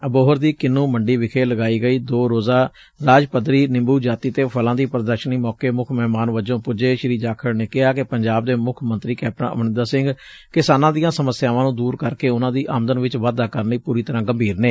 ਅਬੋਹਰ ਦੀ ਕਿੰਨੂ ਮੰਡੀ ਵਿਖੇ ਲਗਾਈ ਗਈ ਦੋ ਰੋਜ਼ਾ ਰਾਜ ਪੱਧਰੀ ਨਿੰਬੂ ਜਾਤੀ ਤੇ ਫਲਾਂ ਦੋੀ ਪ੍ਦਰਸ਼ਨੀ ਮੌਕੇ ਮੁੱਖ ਮਹਿਮਾਨ ਵਜੂੰ ਪੁੱਜੇ ਸ੍ਰੀ ਜਾਖੜ ਨੇ ਕਿਹਾ ਕਿ ਪੰਜਾਬ ਦੇ ਮੁੱਖ ਮੰਤਰੀ ਕੈਪਟਨ ਅਮਰਿੰਦਰ ਸਿੰਘ ਕਿਸਾਨਾਂ ਦੀਆਂ ਸਮੱਸਿਆ ਨੂੰ ਦੂਰ ਕਰਕੇ ਉਨੂਾਂ ਦੀ ਆਮਦਨ 'ਚ ਵਾਧਾ ਕਰਨ ਲਈ ਪੂਰੀ ਤਰੂਾਂ ਗੰਭੀਰ ਨੇ